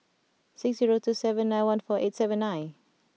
six zero two seven nine one four eight seven nine